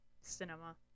cinema